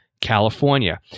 California